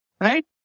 Right